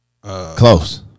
Close